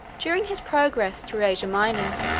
during his progress through asia minor,